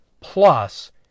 plus